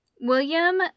William